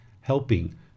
helping